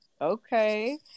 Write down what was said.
okay